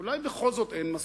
אולי בכל זאת אין מספיק.